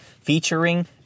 featuring